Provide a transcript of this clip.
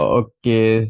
okay